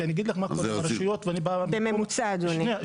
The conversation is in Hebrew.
אני אגיד לך מה קורה ברשויות -- בממוצע אדוני.